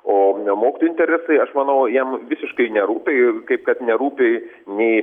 o nemokti interesai aš manau jam visiškai nerūpi kaip kad nerūpi nei